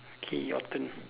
okay your turn